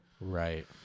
Right